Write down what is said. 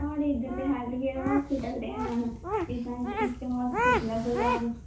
साढ़े इद्धर ते हेल्थ केयर सेंटर ते हैन ते एह् हॉस्पिटल ऐ जेह्ड़ा कि